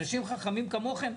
אנשים חכמים כמוכם?